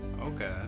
Okay